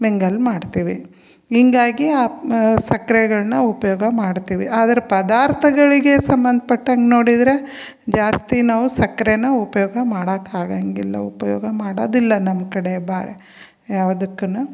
mingle ಮಾಡ್ತೀವಿ ಹಿಂಗಾಗಿ ಆ ಸಕ್ಕರೆಗಳ್ನ ಉಪಯೋಗ ಮಾಡ್ತೀವಿ ಆದರೆ ಪದಾರ್ಥಗಳಿಗೆ ಸಂಬಂಧ ಪಟ್ಟಂಗೆ ನೋಡಿದರೆ ಜಾಸ್ತಿ ನಾವು ಸಕ್ಕರೆನ ಉಪಯೋಗ ಮಾಡಕ್ಕೆ ಆಗಂಗಿಲ್ಲ ಉಪಯೋಗ ಮಾಡೋದಿಲ್ಲ ನಮ್ಮ ಕಡೆ ಬಾರೆ ಯಾವ್ದುಕ್ಕೂನು